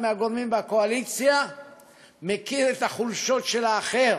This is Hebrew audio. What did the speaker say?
כשכל אחד מהגורמים בקואליציה מכיר את החולשות של האחר,